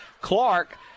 Clark